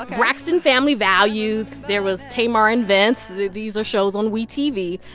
but braxton family values there was tamar and vince. these are shows on we tv.